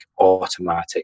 automatic